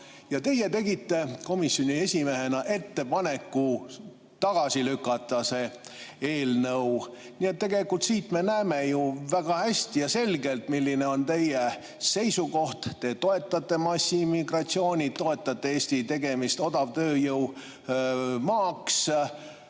Ja teie tegite komisjoni esimehena ettepaneku tagasi lükata see eelnõu. Tegelikult sellest me näeme ju väga hästi ja selgelt, milline on teie seisukoht. Te toetate massiimmigratsiooni, toetate Eesti tegemist odavtööjõu maaks.